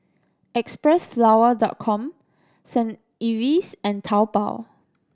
Xpressflower Dot Com Saint Ives and Taobao